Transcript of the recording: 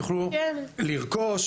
מועדונים שיוכלו לרכוש,